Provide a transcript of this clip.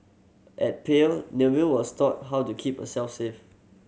at Pave Nellie was taught how to keep herself safe